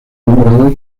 nombrado